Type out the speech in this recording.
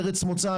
ארץ מוצא,